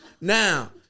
Now